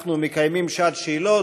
אנחנו מקיימים שעת שאלות.